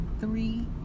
three